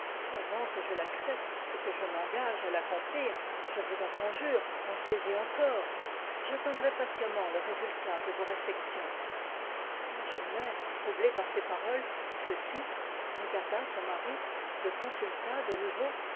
avant que je l'accepte et que je m'engage à l'accomplir je vous en conjure pensez-y encore j'attendrai patiemment le résultat de vos réflexions la jeune mère troublée par ces paroles se tut regarda son mari le consulta de nouveau